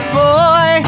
boy